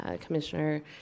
Commissioner